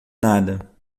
nada